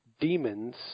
demons